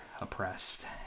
oppressed